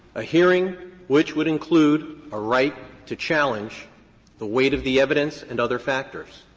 a hearing which would include a right to challenge the weight of the evidence and other factors.